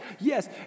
yes